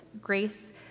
Grace